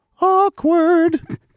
Awkward